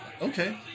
Okay